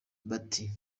bati